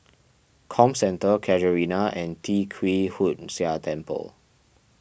Comcentre Casuarina and Tee Kwee Hood Sia Temple